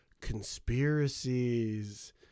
conspiracies